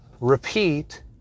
repeat